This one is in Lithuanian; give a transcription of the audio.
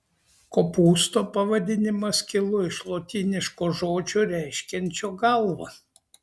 kopūsto pavadinimas kilo iš lotyniško žodžio reiškiančio galvą